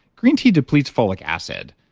green tea depletes folic acid.